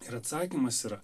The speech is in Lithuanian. ir atsakymas yra